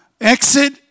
exit